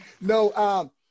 no